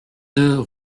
deux